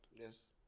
Yes